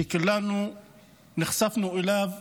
וכולנו נחשפנו אליו,